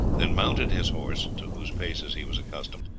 then mounted his horse, to whose paces he was accustomed,